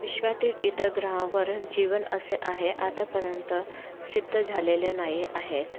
विश्वातील इतर ग्रहावर जीवन असे आहे आतापर्यंत सिद्ध झालेलं नाही आहेत